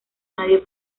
nadie